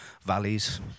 Valleys